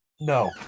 No